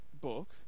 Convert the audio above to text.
book